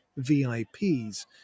VIPs